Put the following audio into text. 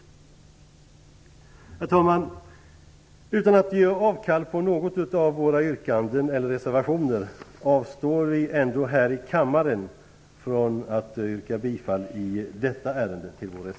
Herr talman! Utan att göra avkall på något av våra yrkanden eller någon av våra reservationer avstår vi från att här i kammaren i detta ärende yrka bifall till vår reservation.